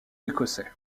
écossais